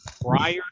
prior